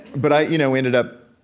but i you know ended up